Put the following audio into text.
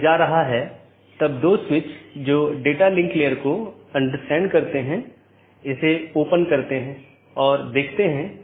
यदि हम पूरे इंटरनेट या नेटवर्क के नेटवर्क को देखते हैं तो किसी भी सूचना को आगे बढ़ाने के लिए या किसी एक सिस्टम या एक नेटवर्क से दूसरे नेटवर्क पर भेजने के लिए इसे कई नेटवर्क और ऑटॉनमस सिस्टमों से गुजरना होगा